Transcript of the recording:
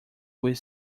will